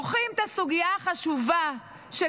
כורכים את הסוגיה החשובה -- החרדים זה --- אבל החרדים ----- של